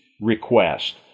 request